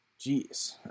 Jeez